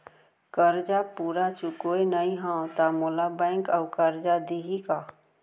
करजा पूरा चुकोय नई हव त मोला बैंक अऊ करजा दिही का?